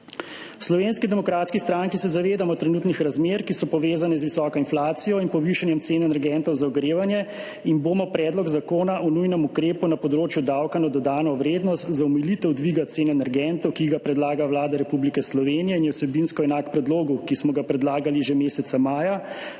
V Slovenski demokratski stranki se zavedamo trenutnih razmer, ki so povezane z visoko inflacijo in povišanjem cen energentov za ogrevanje in bomo Predlog zakona o nujnem ukrepu na področju davka na dodano vrednost za omilitev dviga cen energentov, ki ga predlaga Vlada Republike Slovenije, in je vsebinsko enak predlogu, ki smo ga predlagali že meseca maja,